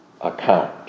account